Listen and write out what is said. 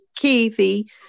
Keithy